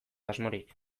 asmorik